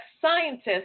scientists